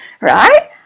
right